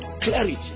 clarity